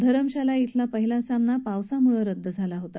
धरमशाला इथला पहिला सामना पावसामुळं रद्द झाला होता